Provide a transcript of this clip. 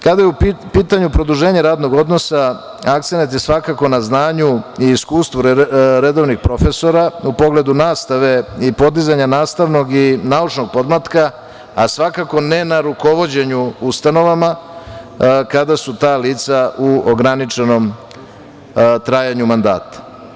Kada je u pitanju produženje radnog odnosa akcenat je svakako na znanju i iskustvu redovnih profesora u pogledu nastave i podizanja nastavnog i naučnog podmlatka, a svakako ne na rukovođenju ustanovama kada su ta lica u ograničenom trajanju mandata.